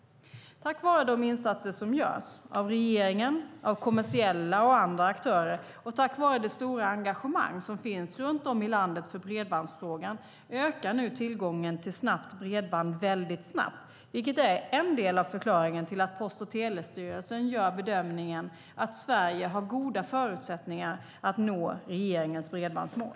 Tack vare de insatser som görs - av regeringen, av kommersiella och andra aktörer - och tack vare det stora engagemang som finns runt om i landet för bredbandsfrågan ökar nu tillgången till snabbt bredband väldigt snabbt, vilket är en del av förklaringen till att Post och telestyrelsen gör bedömningen att Sverige har goda förutsättningar att nå regeringens bredbandsmål.